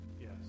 Yes